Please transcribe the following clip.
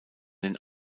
den